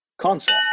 concept